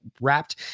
wrapped